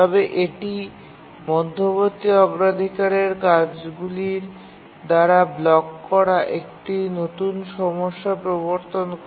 তবে এটি মধ্যবর্তী অগ্রাধিকারের কাজগুলি দ্বারা ব্লক করা একটি নতুন সমস্যা প্রবর্তন করে